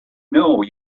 know